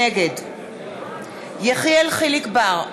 נגד יחיאל חיליק בר,